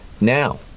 Now